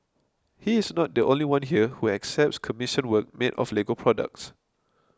he is not the only one here who accepts commissioned work made of Lego products